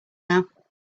now